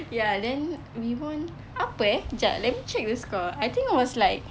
ya then we won apa eh jap let me check the score I think it was like